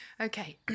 Okay